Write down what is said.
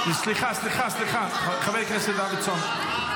סליחה, סליחה, חבר הכנסת דוידסון.